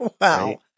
wow